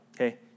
okay